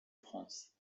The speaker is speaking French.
france